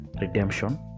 redemption